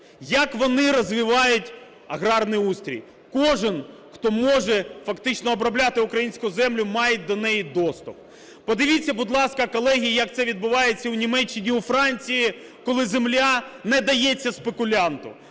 як вони розвивають агарний устрій. Кожен, хто може фактично обробляти українську землю, мають до неї доступ. Подивіться, будь ласка, колеги, як це відбувається в Німеччині, у Франції, коли земля не дається спекулянту,